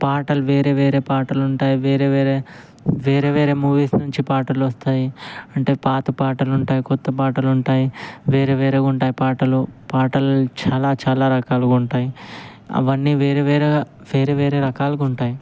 పాటలు వేరే వేరే పాటలు ఉంటాయి వేరే వేరే వేరే వేరే మూవీస్ నుంచి పాటలు వస్తాయి అంటే పాత పాటలు ఉంటాయి కొత్త పాటలు ఉంటాయి వేరే వేరేగ ఉంటాయి పాటలు పాటలు చాలా చాలా రకాలుగా ఉంటాయి అవన్నీ వేరేవేరేగా వేరే వేరే రకాలుగా ఉంటాయి